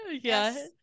Yes